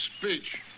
speech